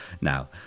now